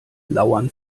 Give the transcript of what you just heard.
lauern